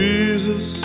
Jesus